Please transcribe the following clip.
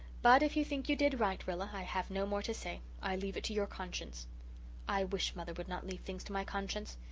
but if you think you did right, rilla, i have no more to say. i leave it to your conscience i wish mother would not leave things to my conscience!